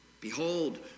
behold